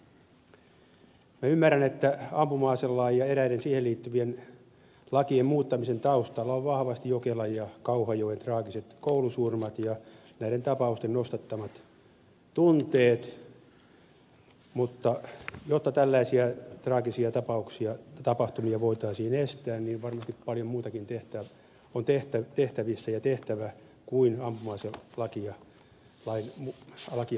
minä ymmärrän että ampuma aselain ja eräiden siihen liittyvien lakien muuttamisen taustalla ovat vahvasti jokelan ja kauhajoen traagiset koulusurmat ja näiden tapausten nostattamat tunteet mutta jotta tällaisia traagisia tapahtumia voitaisiin estää niin varmasti paljon muutakin on tehtävissä ja tehtävä kuin muuttaa ampuma aselakia